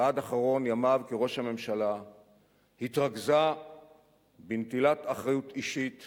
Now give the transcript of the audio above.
ועד אחרון ימיו כראש הממשלה התרכזה בנטילת אחריות אישית